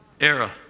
era